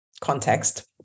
context